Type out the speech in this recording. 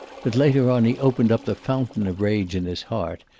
but later on he opened up the fountain of rage in his heart.